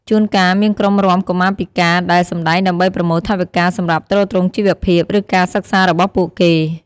ជួនកាលមានក្រុមរាំកុមារពិការដែលសម្ដែងដើម្បីប្រមូលថវិកាសម្រាប់ទ្រទ្រង់ជីវភាព ឬការសិក្សារបស់ពួកគេ។